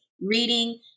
reading